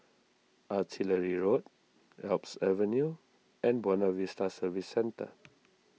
Artillery Road Alps Avenue and Buona Vista Service Centre